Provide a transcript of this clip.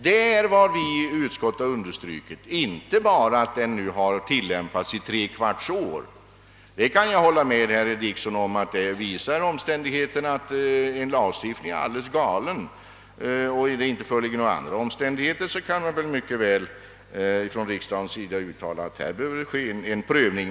Det är detta viiutskottet har understrukit, inte bara att den nu har tilllämpats i tre kvarts år. Jag kan emellertid hålla med herr Dickson om att därest omständigheterna skulle visa att en lagstiftning är alldeles galen och att andra omständighter till en bättre lösning inte föreligger, så kan riksdagen givetvis uttala att en omprövning bör företas.